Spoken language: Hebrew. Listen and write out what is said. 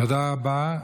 תודה רבה.